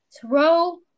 Throw